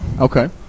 Okay